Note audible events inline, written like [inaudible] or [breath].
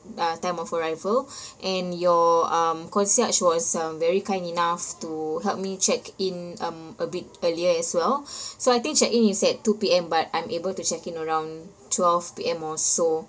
uh time of arrival [breath] and your um concierge was um very kind enough to help me check in um a bit earlier as well [breath] so I think check in is at two P_M but I'm able to check in around twelve P_M also